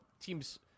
teams